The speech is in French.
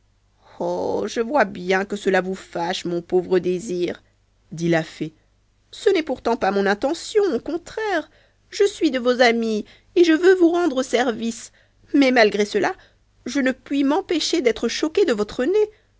oh je vois bien que cela vous fâche mon pauvre désir dit la fée ce n'est pourtant pas mon intention au contraire je suis de vos amies et je veux vous rendre service mais malgré cela je ne puis m'empêcher d'être choquée de votre nez